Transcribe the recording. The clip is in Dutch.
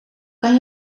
kan